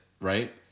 Right